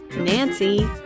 Nancy